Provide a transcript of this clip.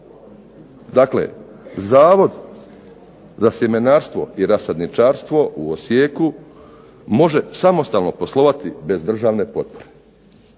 Dakle, Zavod za sjemenarstvo i rasadničarstvo u Osijeku može samostalno poslovati bez državne potpore.